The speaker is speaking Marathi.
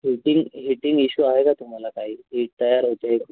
हिटिंग हिटिंग इशू आहे का तुम्हाला काही हीट तयार होते